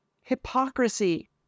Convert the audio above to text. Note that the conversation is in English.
Hypocrisy